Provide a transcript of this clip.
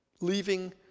Leaving